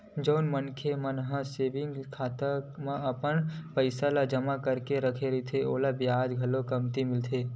जउन मनखे मन ह सेविंग खाता म अपन पइसा ल जमा करके रखथे ओला बियाज घलो कमती मिलथे